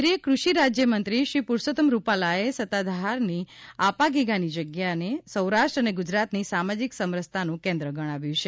કેન્દ્રીય કૃષિ રાજ્યમંત્રી શ્રી પુરૂષોત્તમ રૂપાલાએ સતાધારની આપાગીગાની જગ્યાને સૌરાષ્ટ્ર અને ગુજરાતની સામાજિક સમરસતાનું કેન્દ્ર ગણાવ્યું છે